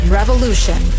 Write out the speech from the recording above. revolution